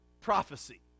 Prophecy